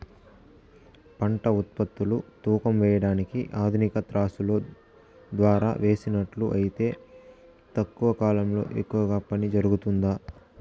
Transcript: పంట ఉత్పత్తులు తూకం వేయడానికి ఆధునిక త్రాసులో ద్వారా వేసినట్లు అయితే తక్కువ కాలంలో ఎక్కువగా పని జరుగుతుందా?